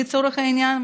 לצורך העניין,